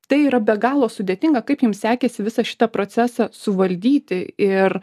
tai yra be galo sudėtinga kaip jums sekėsi visą šitą procesą suvaldyti ir